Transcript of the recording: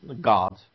God